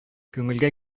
күңелгә